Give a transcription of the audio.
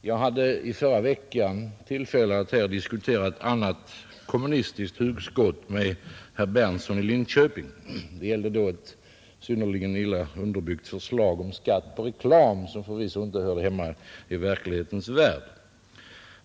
Herr talman! Jag hade tillfälle att i förra veckan diskutera ett annat kommunistiskt hugskott med herr Berndtson i Linköping. Det gällde då ett synnerligen löst underbyggt förslag om skatt på reklam, som förvisso inte hörde hemma i verklighetens värld.